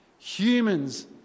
Humans